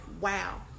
wow